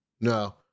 No